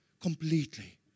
Completely